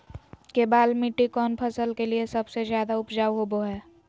केबाल मिट्टी कौन फसल के लिए सबसे ज्यादा उपजाऊ होबो हय?